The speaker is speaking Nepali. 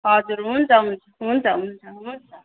हजुर हुन्छ हुन्छ हुन्छ हुन्छ हुन्छ